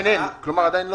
כלומר עדיין אין.